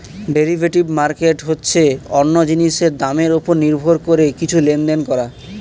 derivative market হচ্ছে অন্য জিনিসের দামের উপর নির্ভর করে কিছু লেনদেন করা